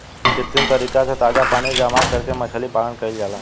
कृत्रिम तरीका से ताजा पानी जामा करके मछली पालन कईल जाला